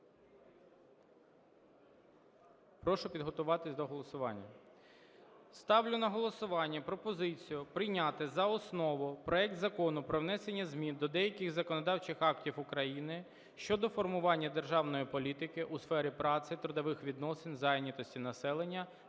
Прошу підготуватися до голосування. Ставлю на голосування пропозицію прийняти за основу проект Закону про внесення змін до деяких законодавчих актів України щодо формування державної політики у сфері праці, трудових відносин, зайнятості населення